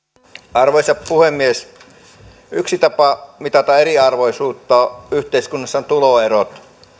arvoisa puhemies yksi tapa mitata eriarvoisuutta yhteiskunnassa on tuloerot